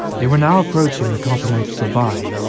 they were now approaching the continental divide,